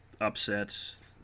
upsets